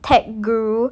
technology guru